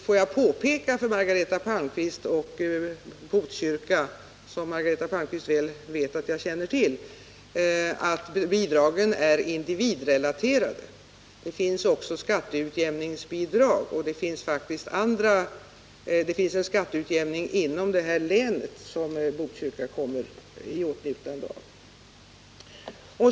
Får jag när det gäller situationen i Botkyrka —som Margareta Palmqvist väl vet att jag känner till — påpeka att bidragen är individrelaterade. Det finns också skatteutiämningsbidrag. Vidare sker det en skatteutjämning inom Stockholms län som Botkyrka kommer i åtnjutande av.